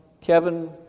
Kevin